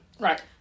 Right